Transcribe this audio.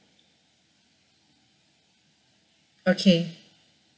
okay